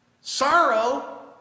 Sorrow